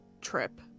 trip